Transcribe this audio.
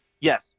Yes